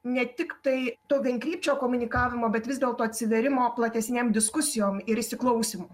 ne tiktai to vienkrypčio komunikavimo bet vis dėlto atsivėrimo platesniam diskusijom ir įsiklausymo